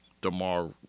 DeMar